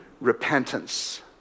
repentance